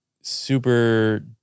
super